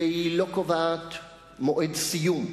והיא לא קובעת מועד סיום,